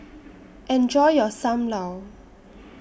Enjoy your SAM Lau